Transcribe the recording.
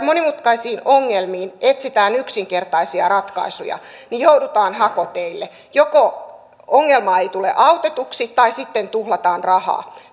monimutkaisiin ongelmiin etsitään yksinkertaisia ratkaisuja joudutaan hakoteille joko ongelma ei tule autetuksi tai sitten tuhlataan rahaa